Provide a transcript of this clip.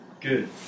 good